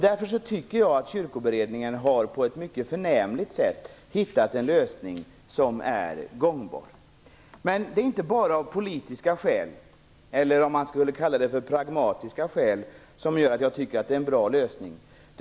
Därför tycker jag att Kyrkoberedningen på ett mycket förnämligt sätt har hittat en lösning som är gångbar. Men det är inte bara av politiska skäl - eller om man skall kalla det för pragmatiska skäl - som jag tycker att det är en bra lösning.